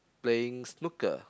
playing snooker